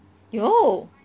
有